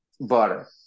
butter